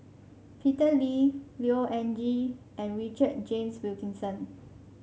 Peter Lee Neo Anngee and Richard James Wilkinson